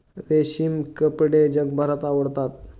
रेशमी कपडे जगभर आवडतात